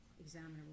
examiner